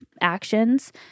actions